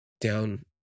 down